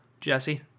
Jesse